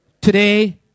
Today